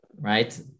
right